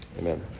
Amen